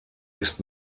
ist